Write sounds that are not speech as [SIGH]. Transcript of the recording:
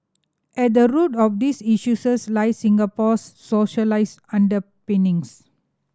at the root of these [UNINTELLIGIBLE] lie Singapore's [UNINTELLIGIBLE] underpinnings